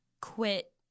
quit